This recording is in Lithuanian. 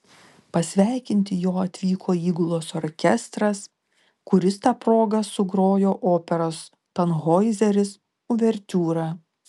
pasveikinti jo atvyko įgulos orkestras kuris ta proga sugrojo operos tanhoizeris uvertiūrą